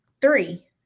three